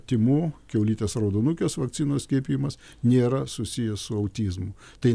tymų kiaulytės raudonukės vakcinos skiepijimas nėra susijęs su autizmu tai